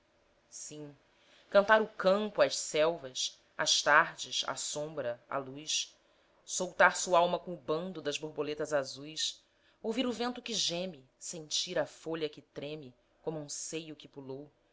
sim cantar o campo as selvas as tardes a sombra a luz soltar su'alma com o bando das borboletas azuis ouvir o vento que geme sentir a folha que treme como um seio que pulou